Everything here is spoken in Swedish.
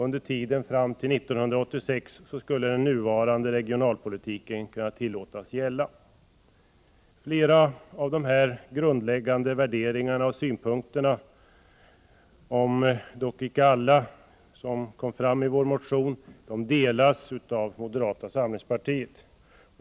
Under tiden fram till 1986 kan den nuvarande regionalpolitiken tillåtas gälla. Flera av de grundläggande värderingarna och synpunkterna — om dock icke alla i vår motion delas av moderata samlingspartiet.